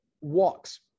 walks